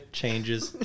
changes